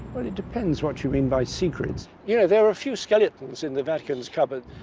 but it depends what you mean by secrets. you know, there are a few skeletons in the vatican's cupboard,